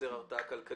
לייצר הרתעה כלכלית.